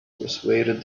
persuaded